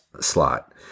slot